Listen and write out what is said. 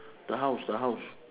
the house the house